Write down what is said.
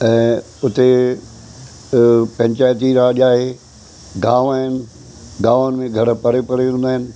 ऐं उते पंचायती राॼु आहे गांव आहिनि गांवनि में घर परे परे हूंदा आहिनि